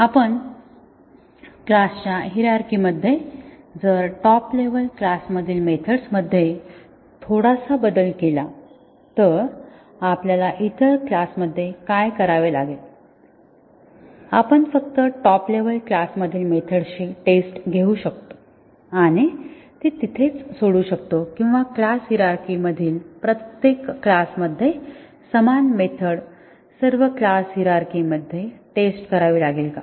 आपण क्लासच्या हिरारची मध्ये जर टॉप लेव्हल क्लास मधील मेथड्स मध्ये थोडासा बदल केला तर आपल्याला इतर क्लास मध्ये काय करावे लागेल आपण फक्त टॉप लेव्हल क्लास मधील मेथड्स ची टेस्ट घेऊ शकतो आणि ती तिथेच सोडू शकतो किंवा क्लास हिरारची मधील प्रत्येक क्लासमध्ये समान मेथड सर्व क्लास हिरारची मध्ये टेस्ट करावी लागेल का